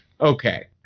Okay